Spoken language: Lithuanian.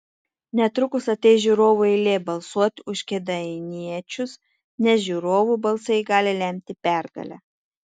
netrukus ateis žiūrovų eilė balsuoti už kėdainiečius nes žiūrovų balsai gali lemti pergalę